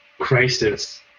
crisis